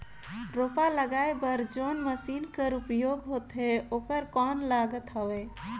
रोपा लगाय बर जोन मशीन कर उपयोग होथे ओकर कौन लागत हवय?